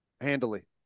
handily